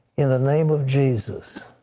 in the name of jesus,